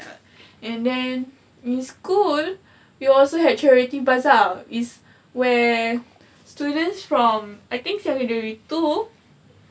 and then in school we also had charity bazaar is where students from I think secondary two